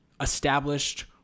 established